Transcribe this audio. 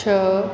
छह